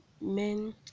Men